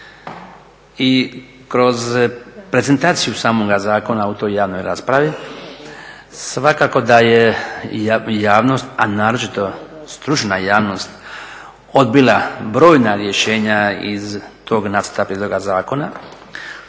i kroz prezentaciju samoga zakona u toj javnoj raspravi svakako da je javnost, a naročito stručna javnost odbila brojna rješenja iz tog nacrta prijedloga zakona